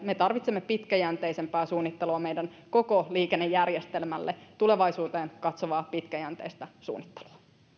me tarvitsemme pitkäjänteisempää suunnittelua meidän koko liikennejärjestelmälle tulevaisuuteen katsovaa pitkäjänteistä suunnittelua